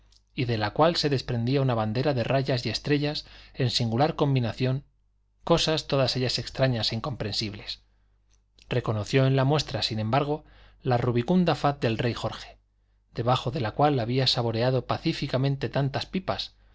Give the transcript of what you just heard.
y de la cual se desprendía una bandera de rayas y estrellas en singular combinación cosas todas extrañas e incomprensibles reconoció en la muestra sin embargo la rubicunda faz del rey jorge debajo de la cual había saboreado pacíficamente tantas pipas